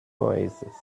oasis